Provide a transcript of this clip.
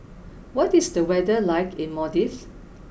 what is the weather like in Maldives